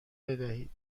بدهید